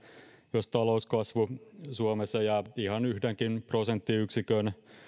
jos talouskasvu suomessa jää ihan yhdenkin prosenttiyksikön